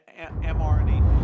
mRNA